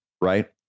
right